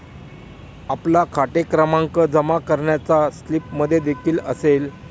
आपला खाते क्रमांक जमा करण्याच्या स्लिपमध्येदेखील असेल